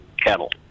cattle